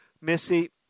Missy